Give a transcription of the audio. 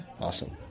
Awesome